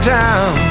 town